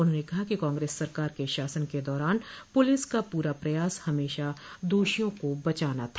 उन्होंने कहा कि कांग्रेस सरकार के शासन के दौरान पुलिस का पूरा प्रयास हमेशा दोषियों को बचाना था